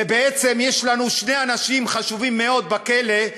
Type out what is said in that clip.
בעצם יש לנו שני אנשי חשובים מאוד בכלא,